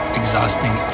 exhausting